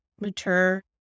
mature